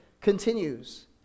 continues